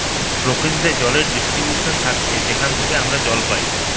প্রকৃতিতে জলের ডিস্ট্রিবিউশন থাকতিছে যেখান থেইকে আমরা জল পাই